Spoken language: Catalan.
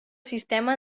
sistema